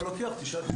זה לא לוקח, תשאל.